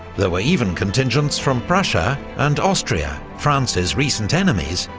there were even contingents from prussia and austria france's recent enemies,